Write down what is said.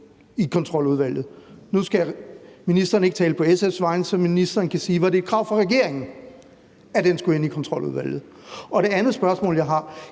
i Kontroludvalget? Nu skal ministeren ikke tale på SF's vegne, så ministeren kan sige, om det var et krav fra regeringen, at den skulle ende i Kontroludvalget. Det andet spørgsmål, jeg har,